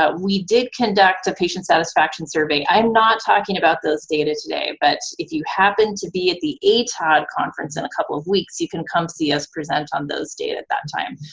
we did conduct a patient satisfaction survey. i'm not talking about those data today, but if you happen to be at the atod conference in a couple of weeks, you can come see us present on those data at that time.